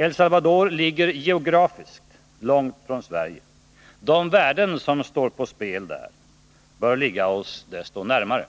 El Salvador ligger geografiskt långt från Sverige. De värden som står på spel där bör ligga oss desto närmare.